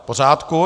V pořádku.